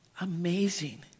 Amazing